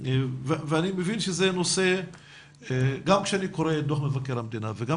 גם כשאני קורא את דוח מבקר המדינה וגם